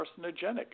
carcinogenic